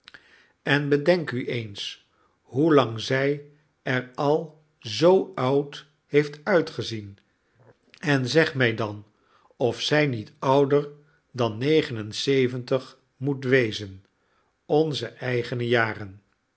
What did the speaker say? en bedenk u eens hoelang zij er al zoo oud heeft uitgezien en zeg mij dan of zij niet ouder dan negen en zeventig moet wezen onze eigene jarenl